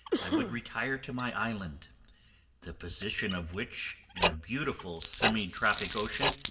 i would retire to my island the position of which, in a beautiful semi-tropic ocean,